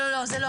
לא, לא, זה לא.